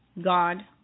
God